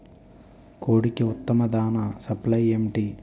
కోడికి ఉత్తమ దాణ సప్లై ఏమిటి?